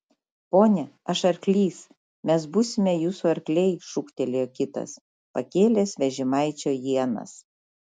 pone aš arklys mes būsime jūsų arkliai šūktelėjo kitas pakėlęs vežimaičio ienas